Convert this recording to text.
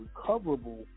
recoverable